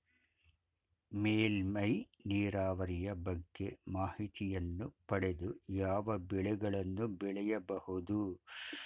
ಮೇಲ್ಮೈ ನೀರಾವರಿಯ ಬಗ್ಗೆ ಮಾಹಿತಿಯನ್ನು ಪಡೆದು ಯಾವ ಬೆಳೆಗಳನ್ನು ಬೆಳೆಯಬಹುದು?